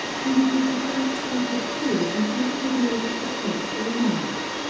and it is a self-starter, too, and makes the wheels of success go round.